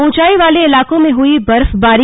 ऊंचाई वाले इलाकों में हुई बर्फबारी